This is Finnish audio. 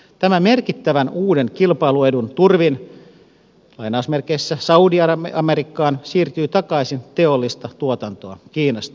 tämän merkittävän uuden kilpailuedun turvin saudi amerikkaan siirtyy takaisin teollista tuotantoa kiinasta